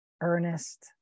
earnest